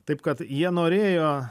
taip kad jie norėjo